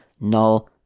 null